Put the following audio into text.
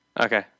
Okay